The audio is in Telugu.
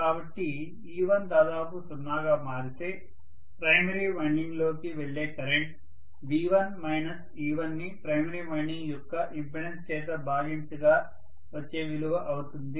కాబట్టి e1 దాదాపు 0 గా మారితే ప్రైమరీ వైండింగ్లోకి వెళ్లే కరెంట్ V1 e1 ని ప్రైమరీ వైండింగ్ యొక్క ఇంపెడన్స్ చేత భాగించగా వచ్చే విలువ అవుతుంది